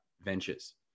ventures